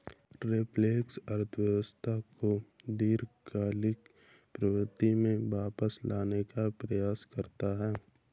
reflection अर्थव्यवस्था को दीर्घकालिक प्रवृत्ति में वापस लाने का प्रयास करता है